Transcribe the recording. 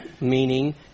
Meaning